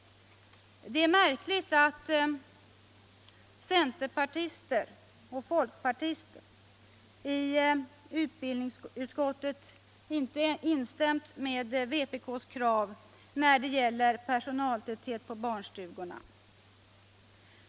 Det är märkligt att centerpartister och folkpartister i utbildningsutskottet inte instämt i vpk:s krav när det gäller personaltätheten i barnstugorna.